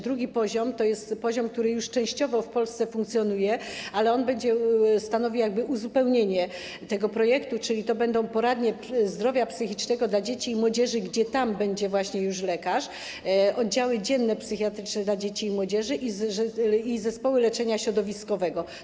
Drugi poziom to jest poziom, który już częściowo w Polsce funkcjonuje, ale on będzie stanowił jakby uzupełnienie tego projektu, czyli to będą poradnie zdrowia psychicznego dla dzieci i młodzieży, gdzie będzie już lekarz, oddziały dzienne psychiatryczne dla dzieci i młodzieży i zespoły leczenia środowiskowego.